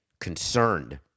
concerned